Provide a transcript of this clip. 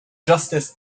justice